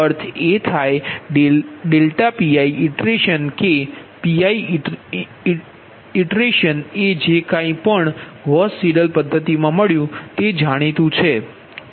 અર્થ એ થાય Pi iteration કેPi ઈન્જેક્શન એ જે કાંઇ પણ ગૌસ સીડેલ પદ્ધતિમાં મળ્યુ તે જાણીતુ છે